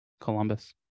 Columbus